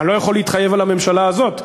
אני לא יכול להתחייב על הממשלה הזאת,